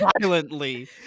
violently